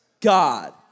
God